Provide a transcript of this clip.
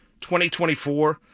2024